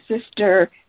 Sister